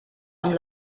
amb